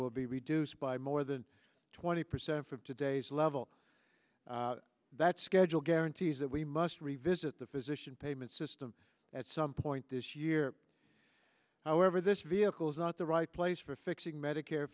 will be reduced by more than twenty percent of today's level that schedule guarantees that we must revisit the physician payment system at some point this year however this vehicle is not the right place for fixing medicare